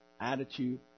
attitude